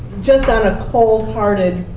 just on a cold-hearted,